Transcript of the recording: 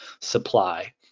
supply